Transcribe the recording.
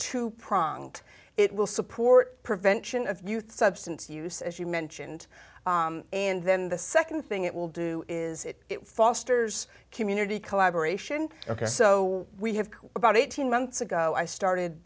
two pronged it will support prevention of youth substance use as you mentioned and then the nd thing it will do is it fosters community collaboration ok so we have about eighteen months ago i started